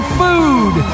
food